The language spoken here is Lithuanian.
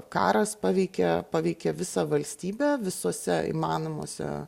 karas paveikė paveikė visą valstybę visose įmanomose